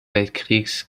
weltkriegs